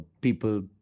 people